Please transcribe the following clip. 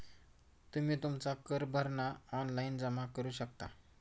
तुम्ही तुमचा कर भरणा ऑनलाइन जमा करू शकता